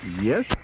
yes